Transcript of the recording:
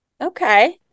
Okay